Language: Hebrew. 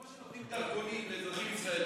כמו שנותנים דרכונים לאזרחים ישראלים,